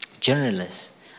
journalists